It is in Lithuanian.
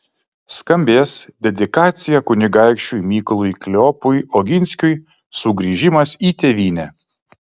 skambės dedikacija kunigaikščiui mykolui kleopui oginskiui sugrįžimas į tėvynę